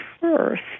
first